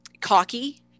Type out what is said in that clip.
cocky